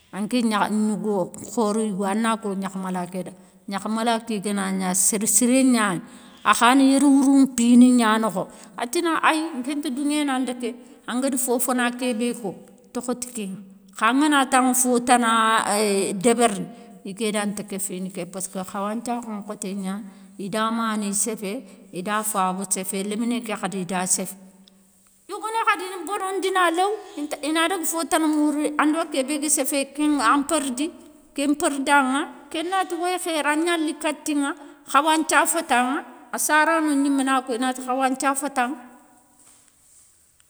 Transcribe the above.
Anké gnakha, gnigo, khoro yigo ana ko gnakhamala ké da, gnakhamala ké gana gna sér siré gnani, akhana yér wourou mpini gna nokho, atina ayi nkénti, douŋé na nda ké, angara fo fana kébé ko tokho ti kénŋa kha angana tanŋe fo tana euuhhh débérini, iké danti kéfini ké, passke khawanthiakhou nkhoté gnani ida mani séfé ida faba séfé, léméné ké khadi ida séfé. Yogoni khadi, ina bonondina léw, inta, inadaga fotana mourou ando kébé ga séfé kén an pérdi, kén mpérdanŋa, kén nati woy khéri angna li katinŋa, khawanthia fétanŋa, a sarano gnimé nako inati khawanthia fétanŋa.